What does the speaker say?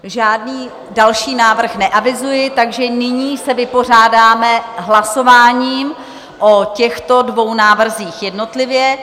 Žádný další návrh neavizuji, takže nyní se vypořádáme hlasováním o těchto dvou návrzích jednotlivě.